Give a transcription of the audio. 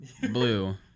Blue